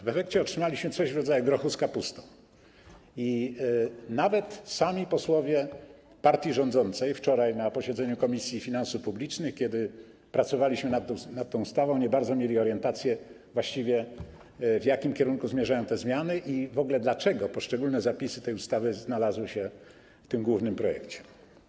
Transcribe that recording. W efekcie otrzymaliśmy coś w rodzaju grochu z kapustą i nawet posłowie partii rządzącej wczoraj na posiedzeniu Komisji Finansów Publicznych, kiedy pracowaliśmy nad tą ustawą, nie bardzo mieli orientację, w jakim właściwie kierunku zmierzają te zmiany i dlaczego poszczególne zapisy tej ustawy w ogóle znalazły się w tym głównym projekcie.